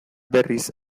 berriz